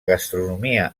gastronomia